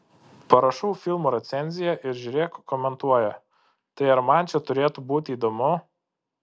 parašau filmo recenziją ir žiūrėk komentuoja tai ar man čia turėtų būti įdomu